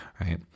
right